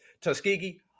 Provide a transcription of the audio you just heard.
Tuskegee